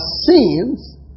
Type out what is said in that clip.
sins